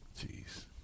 Jeez